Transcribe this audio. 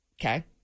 Okay